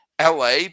LA